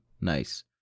nice